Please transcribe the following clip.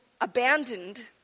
abandoned